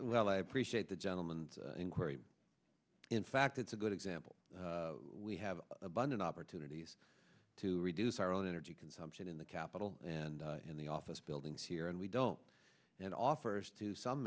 well i appreciate the gentleman inquiry in fact it's a good example we have abundant opportunities to reduce our own energy consumption in the capitol and in the office buildings here and we don't and offers to some